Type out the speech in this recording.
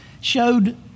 showed